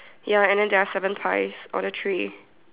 ya and then there are seven pies on the tree